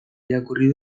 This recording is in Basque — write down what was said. irakurri